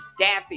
dappy